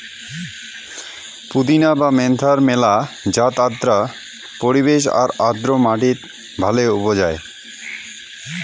পুদিনা বা মেন্থার মেলা জাত আর্দ্র পরিবেশ আর আর্দ্র মাটিত ভালে উবজায়